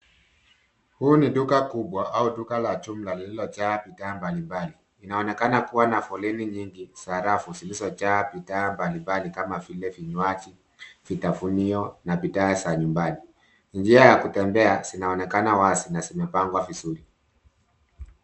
Huu ni duka kubwa au duka la jumla lililojaa bidhaa mbalimbali. Inaonekana kuwa na foleni nyingi za rafu zilizojaa bidhaa mbalimbali kama vile vinywaji, vitafunio na bidhaa za nyumbani. Njia ya kutembea zinaonekana wazi na zimepangwa vizuri.